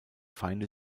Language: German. feinde